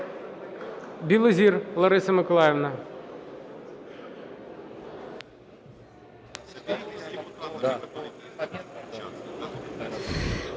Білозір Лариса Миколаївна.